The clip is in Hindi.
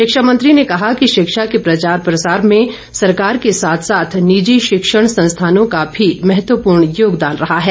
शिक्षा मंत्री ने कहा कि शिक्षा के प्रचार प्रसार में सरकार के साथ साथ निजी शिक्षण संस्थानों का भी महत्वपूर्ण योगदान रहा है